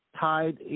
tied